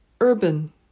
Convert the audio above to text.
Urban